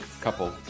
couple